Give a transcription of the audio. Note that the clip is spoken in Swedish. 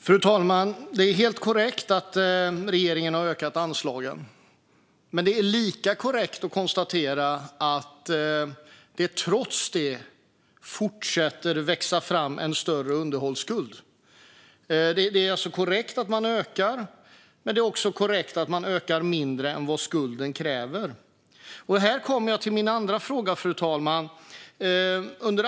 Fru talman! Det är helt korrekt att regeringen har ökat anslagen, men det är lika korrekt att konstatera att trots det fortsätter det att växa fram en större underhållsskuld. Det är korrekt att man ökar, och det är också korrekt att man ökar mindre än vad skulden kräver. Här kommer jag till min andra fråga, fru talman.